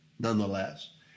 nonetheless